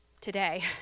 today